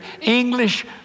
English